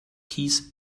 keys